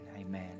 Amen